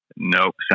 Nope